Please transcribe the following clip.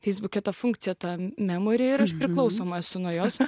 feisbuke ta funkcija ta memori ir aš priklausoma esu nuo jos